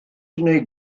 neu